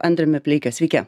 andriumi pleikiu sveiki